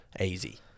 easy